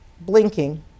blinking